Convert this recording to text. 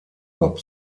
hop